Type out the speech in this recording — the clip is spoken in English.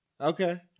Okay